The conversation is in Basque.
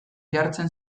jartzen